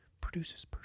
produces